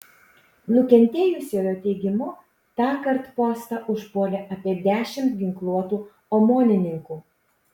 nukentėjusiojo teigimu tąkart postą užpuolė apie dešimt ginkluotų omonininkų